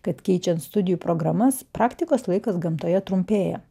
kad keičiant studijų programas praktikos laikas gamtoje trumpėja